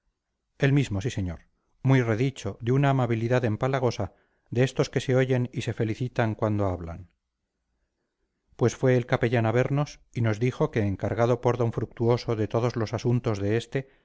el mismo sí señor muy redicho de una amabilidad empalagosa de estos que se oyen y se felicitan cuando hablan pues fue el capellán a vernos y nos dijo que encargado por d fructuoso de todos los asuntos de este